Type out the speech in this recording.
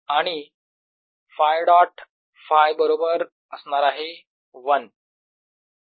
आणि Φ डॉट Φ बरोबर असणार आहे 1